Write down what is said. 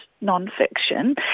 non-fiction